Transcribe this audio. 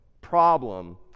problem